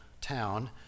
town